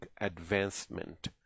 advancement